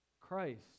Christ